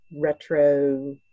retro